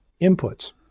inputs